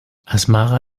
asmara